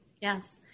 Yes